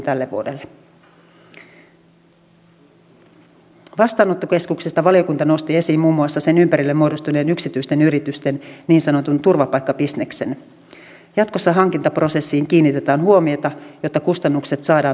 en nyt siirry vielä sinne itsehallintoalueajatukseeni ja niihin kilpailutuksiin ja kaikkiin muihin palveluntuottamisen uusiin muotoihin mihin ollaan raha seuraa potilasta mallilla pahimmillaan menossa